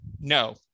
No